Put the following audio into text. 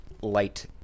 light